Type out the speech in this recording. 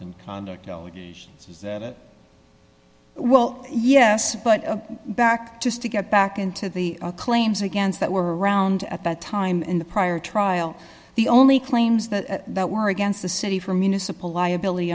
wanton conduct allegations is that it well yes but back just to get back into the claims against that were around at that time in the prior trial the only claims that were against the city for municipal liability